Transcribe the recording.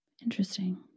Interesting